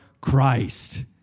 Christ